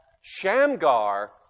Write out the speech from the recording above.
Shamgar